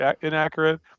inaccurate